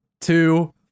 Two